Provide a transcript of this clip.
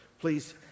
please